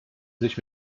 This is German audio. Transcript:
sich